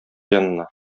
янына